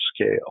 scale